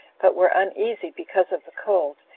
but were uneasy because of the cold,